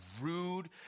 rude